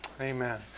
Amen